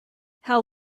how